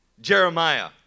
Jeremiah